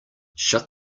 shut